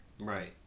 right